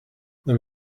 there